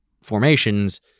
formations